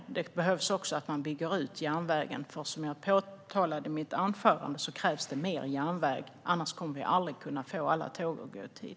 Järnvägen behöver också byggas ut, för som jag påtalade i mitt anförande krävs det mer järnväg, annars kommer vi aldrig att kunna få alla tåg att gå i tid.